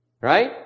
Right